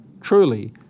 truly